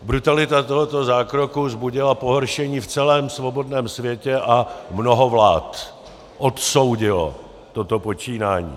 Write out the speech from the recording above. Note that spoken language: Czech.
Brutalita tohoto zákroku vzbudila pohoršení v celém svobodném světě a mnoho vlád odsoudilo toto počínání.